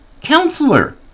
counselor